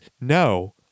No